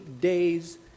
days